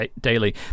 Daily